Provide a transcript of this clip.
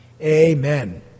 amen